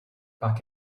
back